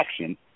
action